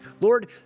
Lord